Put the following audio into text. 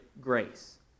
grace